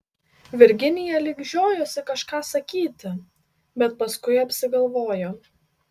virginija lyg žiojosi kažką sakyti bet paskui apsigalvojo